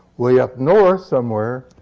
way up north somewhere,